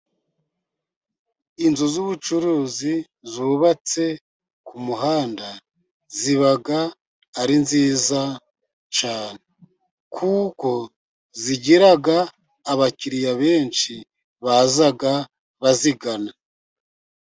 Inzu z'ubucuruzi zubatse ku muhanda ziba ari nziza cyane, kuko zigira abakiriya benshi baza bazigana.